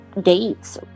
dates